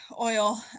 oil